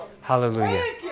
Hallelujah